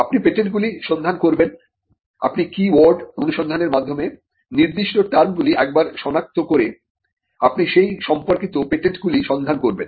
আপনি পেটেন্টগুলি সন্ধান করবেন আপনি কিওয়ার্ড অনুসন্ধানের মাধ্যমে নির্দিষ্ট টার্মগুলি একবার শনাক্ত করে আপনি সেই সম্পর্কিত পেটেন্টগুলি সন্ধান করবেন